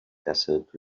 desert